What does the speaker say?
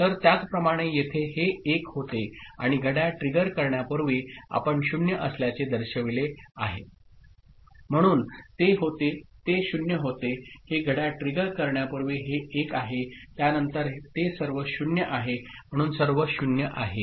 तर त्याचप्रमाणे येथे हे 1 होते आणि घड्याळ ट्रिगर करण्यापूर्वी आपण 0 असल्याचे दर्शविले आहे म्हणून ते 0 होते हे घड्याळ ट्रिगर करण्यापूर्वी हे 1 आहे त्यानंतर ते सर्व 0 आहे म्हणून सर्व 0 आहेत